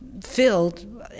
Filled